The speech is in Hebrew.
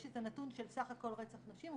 יש את הנתון של סך הכל רצח נשים,